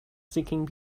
seeking